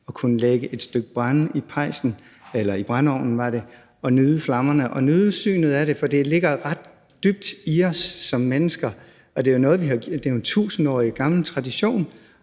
at kunne lægge et stykke brænde i brændeovnen og nyde flammerne og nyde synet af det, for det ligger ret dybt i os som mennesker, og det er jo en tusindårig gammel tradition